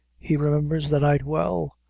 he remembers the night well,